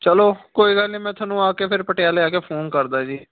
ਚਲੋ ਕੋਈ ਗੱਲ ਨਹੀਂ ਮੈਂ ਤੁਹਾਨੂੰ ਆ ਕੇ ਫਿਰ ਪਟਿਆਲੇ ਆ ਕੇ ਫੋਨ ਕਰਦਾ ਜੀ